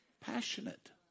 passionate